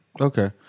Okay